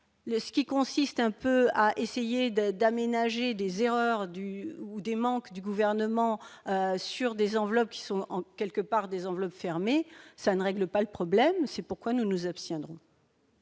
ce qui consiste un peu à essayer de d'aménager des erreurs du ou des manques du gouvernement sur des enveloppes qui sont en quelque part des enveloppes fermées, ça ne règle pas le problème, c'est pourquoi nous nous abstiendrons.